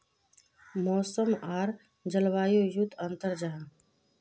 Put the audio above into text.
मौसम आर जलवायु युत की अंतर जाहा?